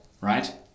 right